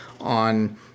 on